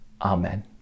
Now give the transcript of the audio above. Amen